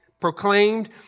proclaimed